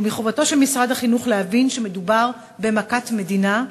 ומחובתו של משרד החינוך להבין שמדובר במכת מדינה,